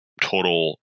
total